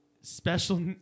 special